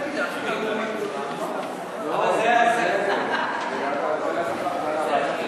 הצעת ועדת הכנסת בדבר הרכב הוועדה הציבורית